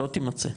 לא תמצא,